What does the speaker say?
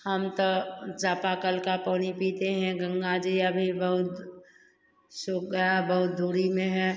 हम तो जापाकल का पानी पीते हैं गंगा जी अभी बहुत सूख गया बहुत दूरी में है